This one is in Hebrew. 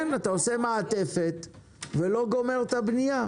כן, עושים מעטפת ולא מסיימים את הבניה.